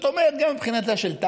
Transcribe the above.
גם מדינת לאום של העם היהודי.